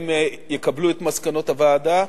הם יקבלו את מסקנות הוועדה.